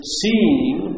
seeing